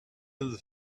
healed